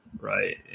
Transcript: right